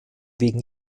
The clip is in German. wegen